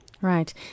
Right